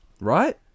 Right